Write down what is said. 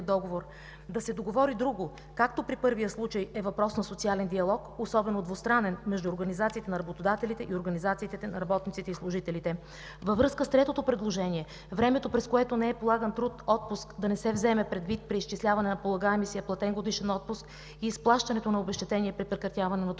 договор. Да се договори друго, както при първия случай, е въпрос на социален диалог, особено двустранен между организациите на работодателите и организациите на работниците и служителите. Във връзка с третото предложение, времето, през което не е полаган труд, да не се вземе предвид отпуск при изчисляване на полагаемия се платен годишен отпуск и изплащането на обезщетение при прекратяване на трудовото